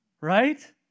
Right